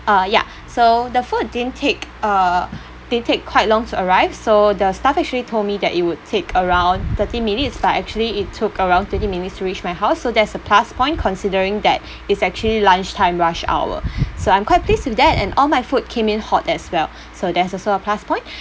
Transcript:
uh ya so the food didn't take uh didn't take quite long to arrive so the staff actually told me that it would take around thirty minutes but actually it took around twenty minutes to reach my house so there's a plus point considering that it's actually lunch time rush hour so I'm quite pleased with that and all my food came in hot as well so there's also a plus point